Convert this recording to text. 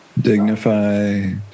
Dignified